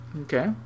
Okay